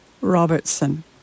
Robertson